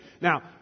Now